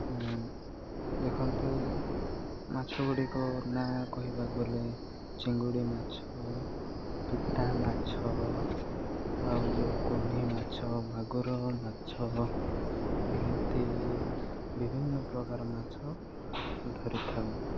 ଦେଖନ୍ତୁ ମାଛଗୁଡ଼ିକ ନାଁ କହିବାକୁ ଗଲେ ଚିଙ୍ଗୁଡ଼ି ମାଛ ପିତା ମାଛ ଆଉ ଯେଉଁ କୁନିମାଛ ମାଗୁର ମାଛ ଏମିତି ବିଭିନ୍ନପ୍ରକାର ମାଛ ଧରିଥାଉ